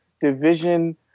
division